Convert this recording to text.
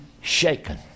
shaken